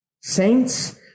Saints